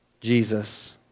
Jesus